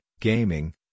gaming